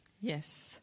Yes